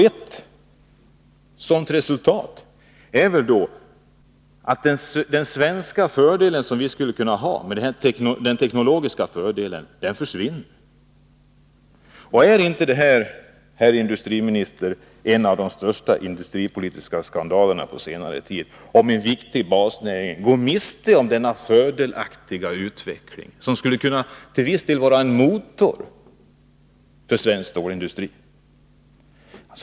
Ett resultat av detta är att den teknologiska fördel som Sverige skulle kunna ha försvinner. Ärinte det, herr industriminister, en av de största industripolitiska skandalerna på senare tid, om en viktig basnäring går miste om denna fördelaktiga utveckling som till viss del skulle kunna vara en motor för svensk stålindustri?